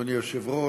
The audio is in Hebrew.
אדוני היושב-ראש,